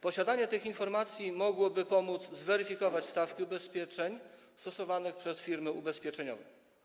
Posiadanie tych informacji mogłoby pomóc zweryfikować stawki ubezpieczeń stosowanych przez firmy ubezpieczeniowe.